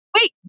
Wait